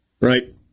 right